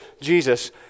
Jesus